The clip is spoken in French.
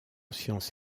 sciences